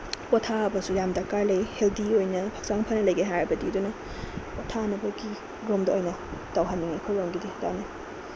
ꯄꯣꯊꯕꯁꯨ ꯌꯥꯝ ꯗꯥꯔꯀ ꯂꯩ ꯍꯦꯜꯗꯤ ꯑꯣꯏꯅ ꯍꯛꯆꯥꯡ ꯐꯅ ꯂꯩꯒꯦ ꯍꯥꯏꯔꯕꯗꯤ ꯑꯗꯨꯅ ꯄꯣꯊꯥꯅꯕꯒꯤ ꯔꯣꯝꯗ ꯑꯣꯏꯅ ꯇꯧꯍꯟꯅꯤꯡꯏ ꯑꯩꯈꯣꯏ ꯔꯣꯝꯒꯤꯗꯤ ꯑꯗꯨꯅꯤ